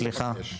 סליחה.